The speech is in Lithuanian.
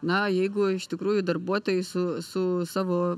na jeigu iš tikrųjų darbuotojai su su savo